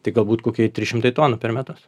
tai galbūt kokie trys šimtai tonų per metus